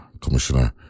Commissioner